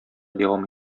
дәвам